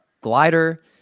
Glider